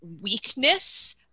weakness